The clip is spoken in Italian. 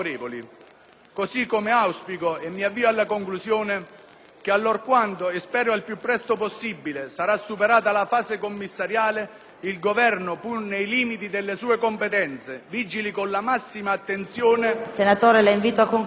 Così come auspico, e mi avvio alla conclusione, che allorquando - spero il più presto possibile - sarà superata la fase commissariale, il Governo, pur nei limiti delle sue competenze, vigili con la massima attenzione